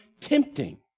tempting